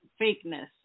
fakeness